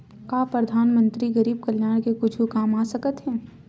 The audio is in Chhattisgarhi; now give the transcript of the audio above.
का परधानमंतरी गरीब कल्याण के कुछु काम आ सकत हे